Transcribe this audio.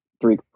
three